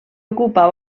ocupa